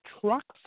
trucks